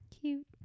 Cute